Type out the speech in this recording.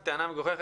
אבל טענה מגוחכת,